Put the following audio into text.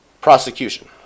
prosecution